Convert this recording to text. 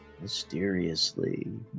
mysteriously